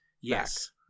Yes